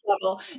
level